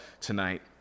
tonight